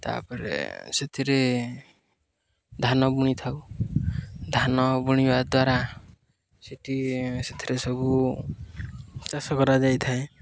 ତା'ପରେ ସେଥିରେ ଧାନ ବୁଣିଥାଉ ଧାନ ବୁଣିବା ଦ୍ୱାରା ସେଇଠି ସେଥିରେ ସବୁ ଚାଷ କରାଯାଇଥାଏ